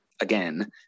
again